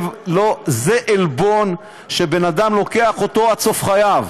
זה עלבון שבן אדם לוקח איתו עד סוף חייו.